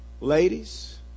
ladies